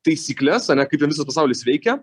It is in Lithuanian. taisykles ane kaip ten visas pasaulis veikia